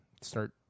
start